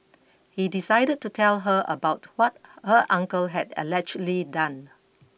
he decided to tell her about what her uncle had allegedly done